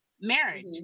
marriage